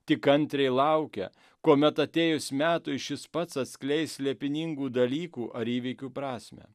tik kantriai laukia kuomet atėjus metui šis pats atskleis slėpiningų dalykų ar įvykių prasmę